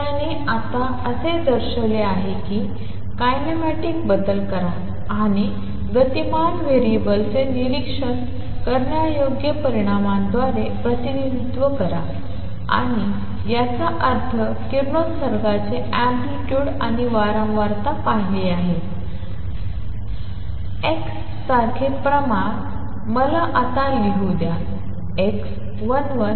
तर त्याने आता असे दर्शविले आहे की किनेमॅटिक बदल करा आणि गतिमान व्हेरिएबल्सचे निरीक्षण करण्यायोग्य प्रमाणांद्वारे प्रतिनिधित्व करा आणि याचा अर्थ किरणोत्सर्गाचे अँप्लितुड आणि वारंवारता पाहिली आहे तर x सारखे प्रमाण मला आता लिहू द्या